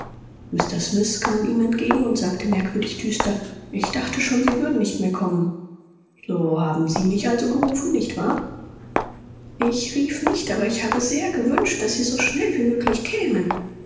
mr smith kam ihm entgegen und sagte merkwürdig düster ich dachte schon sie würden nicht mehr kommen so haben sie mich also gerufen nicht wahr ich rief nicht aber ich habe sehr gewünscht daß sie so schnell wie möglich kämen